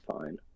fine